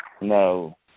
No